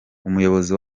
umuyobozi